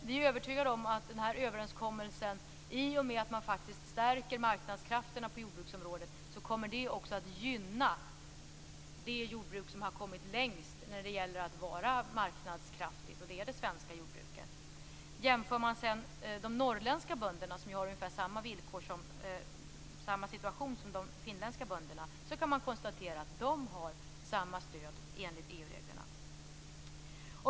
Vi är övertygade om att den här överenskommelsen i och med att man faktiskt stärker marknadskrafterna på jordbruksområdet också kommer att gynna det jordbruk som har kommit längst när det gäller marknadskraft, och det är det svenska jordbruket. Jämför man med de norrländska bönderna, som har ungefär samma situation som de finländska bönderna, kan man konstatera att de har samma stöd enligt EU-reglerna.